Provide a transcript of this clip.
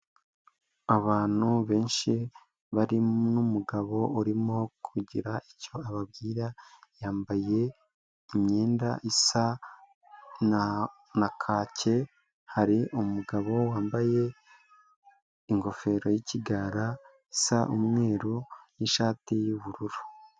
Abantu benshi bari n'umugabo urimo kugira icyo ababwira, yambaye imyenda isa n'akake, hari umugabo wambaye ingofero y'ikigara, isa umweru n'ishati y'ubururu.